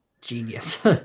genius